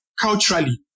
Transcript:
culturally